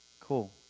Cool